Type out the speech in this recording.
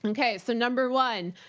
um okay, so number one,